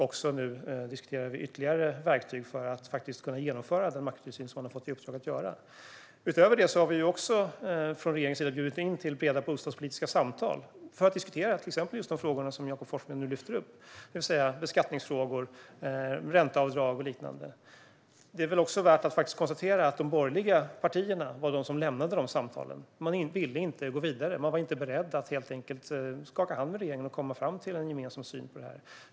Och nu diskuterar vi ytterligare verktyg för att man ska kunna genomföra den makrotillsyn som man har fått i uppdrag att genomföra. Utöver det har regeringen också bjudit in till breda bostadspolitiska samtal för att diskutera till exempel just de frågor som Jakob Forssmed nu lyfter upp, det vill säga beskattningsfrågor, ränteavdrag och liknande. Det var de borgerliga partierna som lämnade de samtalen. De ville inte gå vidare. De var helt enkelt inte beredda att skaka hand med regeringen och komma fram till en gemensam syn på det här.